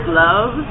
love